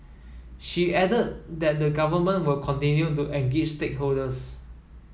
she added that the government will continue to engage stakeholders